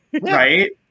Right